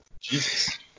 Jesus